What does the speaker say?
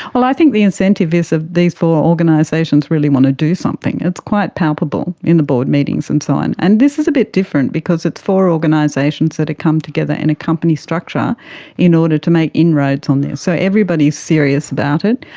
well, i think the incentive is these four organisations really want to do something, it's quite palpable in the board meetings and so on. and this is a bit different because it's four organisations that have come together in a company structure in order to make inroads on this. so everybody is serious about it.